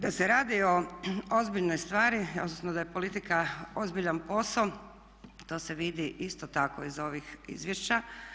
Da se radi o ozbiljnoj stvari, odnosno da je politika ozbiljan posao, to se vidi isto tako iz ovih izvješća.